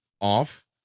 off